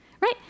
right